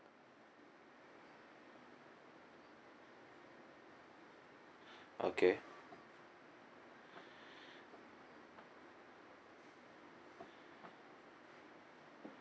okay